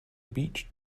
beach